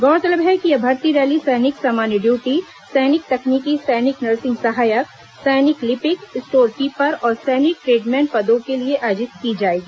गौरतलब है कि यह भर्ती रैली सैनिक सामान्य ड्यूटी सैनिक तकनीकी सैनिक नर्सिंग सहायक सैनिक लिपिक स्टोर कीपर और सैनिक ट्रेडमेन पदों के लिए आयोजित की जाएगी